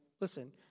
Listen